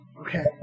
Okay